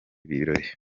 birori